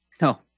No